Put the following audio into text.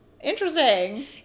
Interesting